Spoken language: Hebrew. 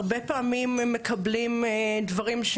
הרבה פעמים מקבלים דברים,